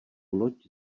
loď